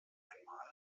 einmal